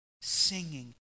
singing